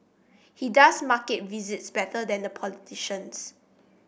he does market visits better than the politicians